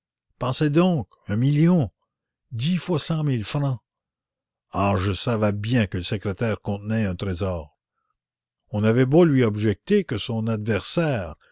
je savais bien que le secrétaire contenait un trésor s'écriait le professeur on avait beau lui objecter que son adversaire